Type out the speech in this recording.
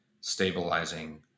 stabilizing